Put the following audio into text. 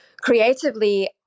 creatively